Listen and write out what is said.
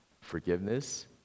forgiveness